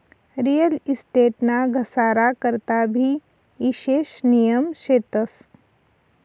real estate ना घसारा करता भी ईशेष नियम शेतस